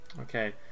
Okay